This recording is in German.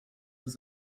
das